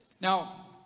Now